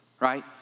Right